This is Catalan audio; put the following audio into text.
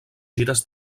gires